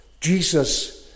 Jesus